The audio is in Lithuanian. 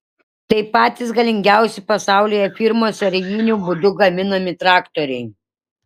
tai patys galingiausi pasaulyje firmos serijiniu būdu gaminami traktoriai